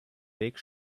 weg